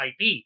IP